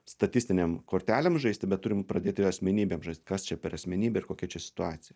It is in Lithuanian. statistinėm kortelėm žaisti bet turim pradėti asmenybėm žaist kas čia per asmenybė ir kokia čia situacija